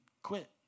quit